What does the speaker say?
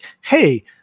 Hey